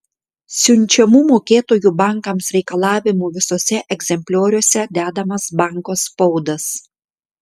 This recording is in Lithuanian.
siunčiamų mokėtojų bankams reikalavimų visuose egzemplioriuose dedamas banko spaudas